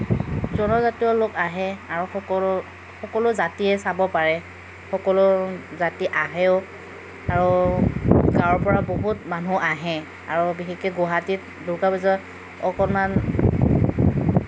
জনজাতীয় লোক আহে আৰু সকলো সকলো জাতিয়ে চাব পাৰে সকলো জাতি আহেও আৰু গাঁৱৰ পৰা বহুত মানুহ আহে আৰু বিশেষকৈ গুৱাহাটীত দুৰ্গা পূজা অকণমান